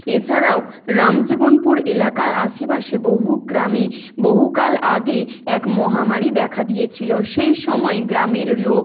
এছাড়াও রামজীবনপুর এলাকার আশেপাশে বহু গ্রামে বহুকাল আগে এক মহামারী দেখা দিয়েছিল সেই সময়ে গ্রামের লোক